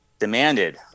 Demanded